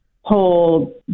whole